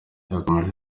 yakomeje